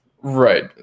Right